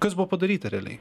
kas buvo padaryta realiai